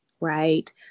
right